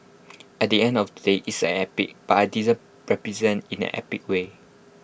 at the end of the day it's an epic but I didn't represent in an epic way